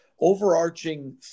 overarching